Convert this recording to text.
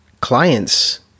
clients